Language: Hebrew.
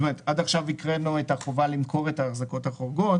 עד עכשיו הקראנו את החובה למכור את ההחזקות החורגות,